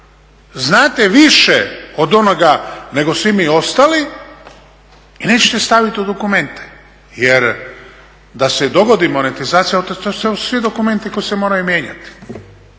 Znate više od onoga nego svi mi ostali i nećete staviti u dokumente. Jer da se i dogodi monetizacija autocesta to su svi dokumenti koji se moraju mijenjati.